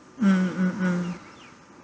mm mm mm